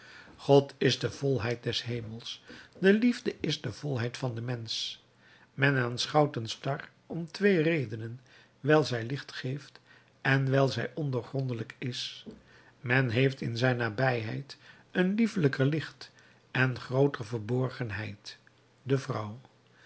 god is de volheid des hemels de liefde is de volheid van den mensch men aanschouwt een star om twee redenen wijl zij licht geeft en wijl zij ondoorgrondelijk is men heeft in zijn nabijheid een liefelijker licht en grooter verborgenheid de vrouw